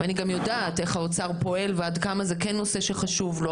ואני גם יודעת איך האוצר פועל ועד כמה זה כן נושא שחשוב לו,